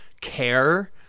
care